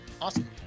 Awesome